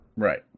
Right